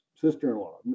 sister-in-law